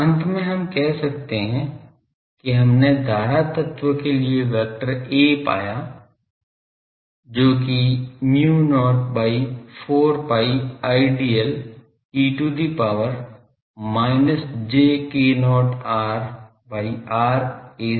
तो अंत में हम कह सकते हैं कि हमने धारा तत्व के लिए वेक्टर A पाया जो कि mu not by 4 pi Idl e to the power minus j k0 r by r Az है